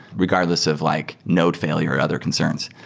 regardless of like node failure or other concerns.